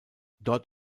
dort